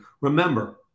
remember